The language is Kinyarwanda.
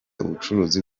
ubucuruzi